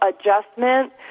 adjustment